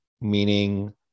meaning